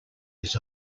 his